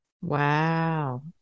Wow